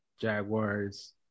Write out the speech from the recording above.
Jaguars